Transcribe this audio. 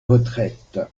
retraite